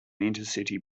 intercity